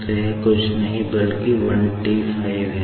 तो यह कुछ नहीं बल्कि आपका 15T है